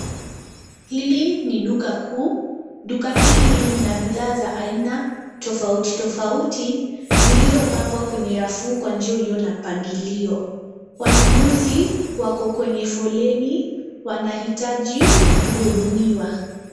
Hili ni duka kuu. Duka hili lina bidhaa za aina tofauti tofauti, zilizopangwa kwenye rafu, kwa njia uliona mpangilio. Wanunuzi wako kwenye foleni, wanahitaji kuhudumiwa.